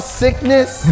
sickness